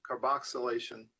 carboxylation